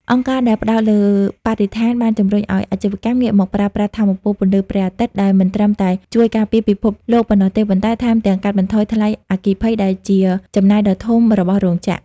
អង្គការដែលផ្ដោតលើបរិស្ថានបានជម្រុញឱ្យអាជីវកម្មងាកមកប្រើប្រាស់ថាមពលពន្លឺព្រះអាទិត្យ ដែលមិនត្រឹមតែជួយការពារពិភពលោកប៉ុណ្ណោះទេ ប៉ុន្តែថែមទាំងកាត់បន្ថយថ្លៃអគ្គិភ័យដែលជាចំណាយដ៏ធំរបស់រោងចក្រ។